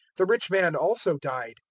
the rich man also died,